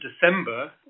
December